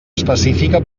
específica